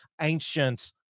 ancient